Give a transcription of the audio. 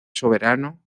soberano